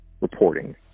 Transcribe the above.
reporting